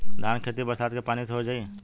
धान के खेती बरसात के पानी से हो जाई?